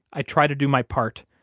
i try to do my part.